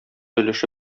өлеше